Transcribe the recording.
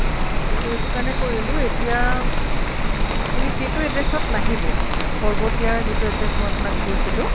কিন্তু এইটো কাৰণে কৰিলোঁ এতিয়া আপুনি সেইটো এড্ৰেচত নাহিব পৰ্বতীয়াৰ যিটো এড্ৰেচ মই আপোনাক কৈছিলোঁ